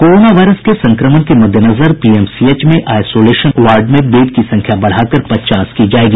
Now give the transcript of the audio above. corona virus के संक्रमण के मद्देनजर पीएमसीएच में आईसोलेशन वार्ड में बेड की संख्या बढ़ा कर पचास की जायेगी